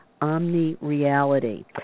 omni-reality